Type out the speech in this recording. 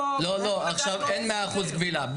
לא, עכשיו אין 100% כבילה.